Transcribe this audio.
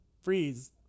freeze